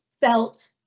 felt